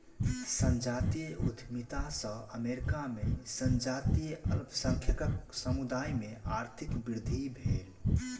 संजातीय उद्यमिता सॅ अमेरिका में संजातीय अल्पसंख्यक समुदाय में आर्थिक वृद्धि भेल